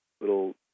Little